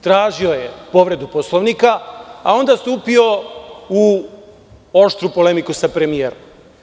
Tražio je povredu Poslovnika, a onda stupio u oštru polemiku sa premijerom.